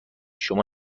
شما